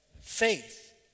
faith